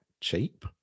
cheap